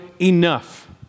enough